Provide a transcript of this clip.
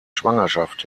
schwangerschaft